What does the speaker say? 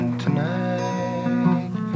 tonight